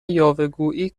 یاوهگویی